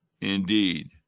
indeed